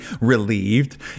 relieved